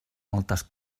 moltes